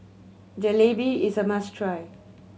jalebi is a must try